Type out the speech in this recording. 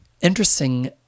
interesting